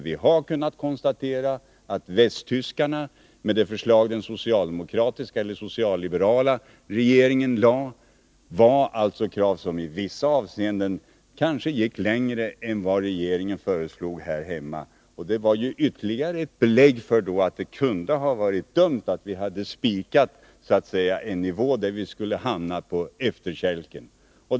Vi har kunnat konstatera att de krav som den västtyska socialdemokratisk-liberala regeringen lade fram i vissa avseenden gick längre än de som regeringen här hemma förde fram. Det var ytterligare ett belägg föratt det kunde ha varit dumt av oss att fastställa en nivå som hade inneburit att vi skulle hamna på efterkälken.